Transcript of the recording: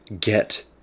get